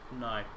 No